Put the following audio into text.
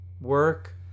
work